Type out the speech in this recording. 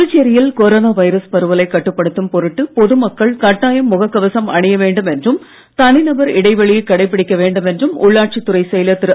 புதுச்சேரியில் corona virus பரவலை கட்டுப்படுத்தும் பொருட்டு பொது மக்கள் கட்டாயம் முகக் கவசம் அணிய வேண்டும் என்றும் தனிநபர் இடைவெளியை கடைபிடிக்க வேண்டும் என்றும் உள்ளாட்சித் துறை செயலர் திரு